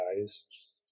guys